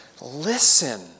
Listen